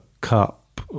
cup